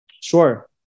Sure